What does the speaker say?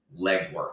legwork